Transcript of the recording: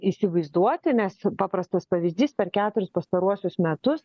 įsivaizduoti nes paprastas pavyzdys per keturis pastaruosius metus